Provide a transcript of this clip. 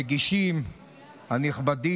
וגם המגישים הנכבדים,